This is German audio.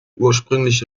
ursprüngliche